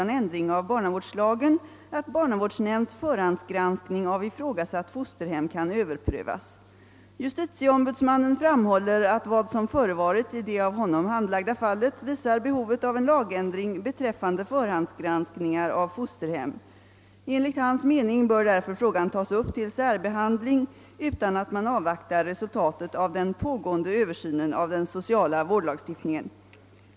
navårdsnämnds förhandgranskning av ifrågasatt fosterhem kan överprövas. Justitieombudsmannen framhåller att vad som förevarit i det av honom handlagda fallet visar behovet av lagändring beträffande förhandsgranskningar av fosterhem. Enligt hans mening bör därför frågan tas upp till särbehandling utan att man avvaktar resultatet av den pågående översynen av den sociala vårdlagstiftningen.